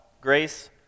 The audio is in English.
grace